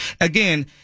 again